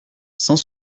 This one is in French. cent